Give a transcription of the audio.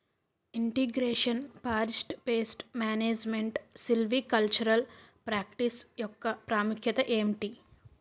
integration forest pest management silvicultural practice యెక్క ప్రాముఖ్యత ఏంటి